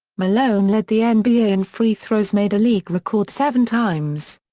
malone led the and nba in free throws made a league-record seven times.